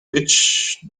witch